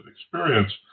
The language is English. experience